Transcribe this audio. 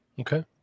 Okay